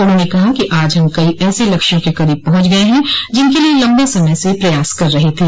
उन्होंने कहा कि आज हम कई ऐसे लक्ष्यों के करीब पहुंच गये हैं जिनके लिए लम्बे समय से प्रयास कर रहे थे